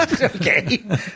okay